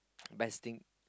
best thing